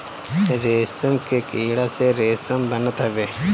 रेशम के कीड़ा से रेशम बनत हवे